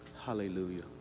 Hallelujah